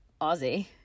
Aussie